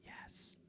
yes